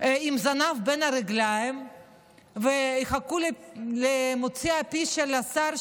עם הזנב בן הרגליים ויחכו למוצא פיו של השר,